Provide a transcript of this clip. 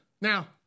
Now